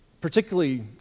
particularly